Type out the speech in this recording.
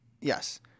yes